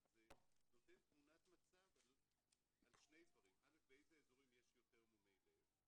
אבל זה נותן תמונת מצב על שני דברים: באיזה איזורים יש יותר מומי לב,